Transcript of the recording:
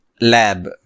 lab